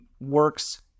works